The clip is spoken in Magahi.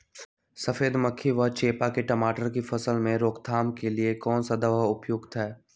सफेद मक्खी व चेपा की टमाटर की फसल में रोकथाम के लिए कौन सा दवा उपयुक्त है?